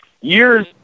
years